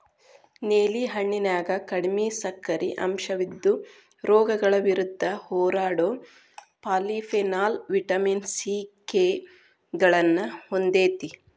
ನೇಲಿ ಹಣ್ಣಿನ್ಯಾಗ ಕಡಿಮಿ ಸಕ್ಕರಿ ಅಂಶವಿದ್ದು, ರೋಗಗಳ ವಿರುದ್ಧ ಹೋರಾಡೋ ಪಾಲಿಫೆನಾಲ್, ವಿಟಮಿನ್ ಸಿ, ಕೆ ಗಳನ್ನ ಹೊಂದೇತಿ